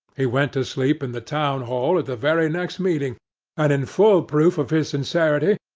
he went to sleep in the town-hall at the very next meeting and, in full proof of his sincerity,